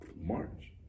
March